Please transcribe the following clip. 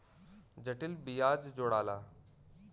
जटिल बियाज जोड़ाला